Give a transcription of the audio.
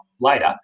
later